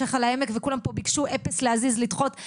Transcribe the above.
עושים פה צעקות --- ממש